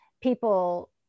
people